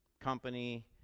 company